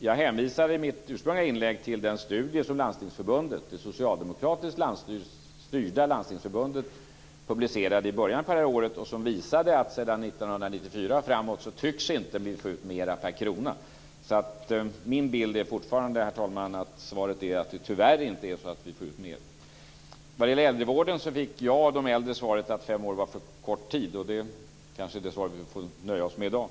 Jag hänvisade i mitt anförande till den studie som det socialdemokratiskt styrda Landstingsförbundet publicerade i början av detta år och som visade att vi från 1994 och framåt inte tycks få ut mer per krona. Herr talman! Min bild är därför fortfarande att det tyvärr inte är så att vi får ut mer. Beträffande äldrevården fick jag och de äldre svaret att fem år är en för kort tid, och det kanske är det svar som vi får nöja oss med i dag.